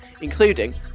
including